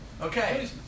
Okay